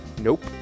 Nope